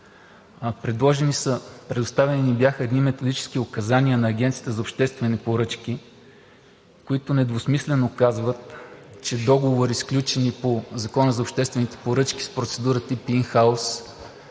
Предоставени ни бяха едни методически указания на Агенцията по обществени поръчки, които недвусмислено казват, че договори, сключени по Закона за